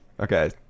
Okay